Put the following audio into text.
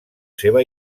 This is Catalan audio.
seva